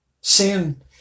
Sin